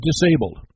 disabled